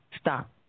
stop